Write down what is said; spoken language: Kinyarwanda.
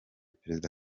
perezida